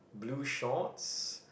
blue shorts